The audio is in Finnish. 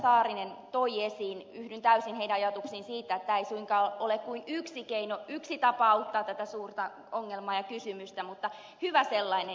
saarinen toivat esiin yhdyn täysin heidän ajatuksiinsa tämä ei suinkaan ole kuin yksi keino yksi tapa auttaa tätä suurta ongelmaa ja kysymystä mutta hyvä sellainen